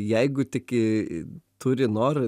jeigu tiki turi noro